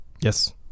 Yes